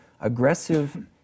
aggressive